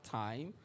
time